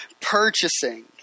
purchasing